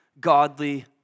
godly